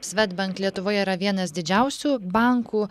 svedbank lietuvoje yra vienas didžiausių bankų